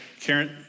Karen